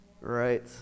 Right